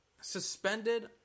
suspended